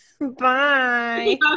Bye